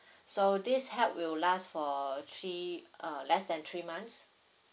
so this help will last for three uh less than three months